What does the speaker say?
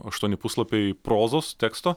aštuoni puslapiai prozos teksto